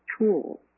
tools